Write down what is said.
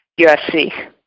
USC